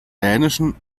dänischen